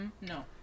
no